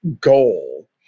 goal